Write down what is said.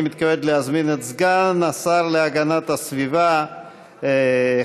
אני מתכבד להזמין את סגן השר להגנת הסביבה חבר